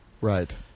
Right